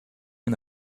and